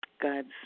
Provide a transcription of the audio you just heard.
God's